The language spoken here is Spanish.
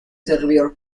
servidor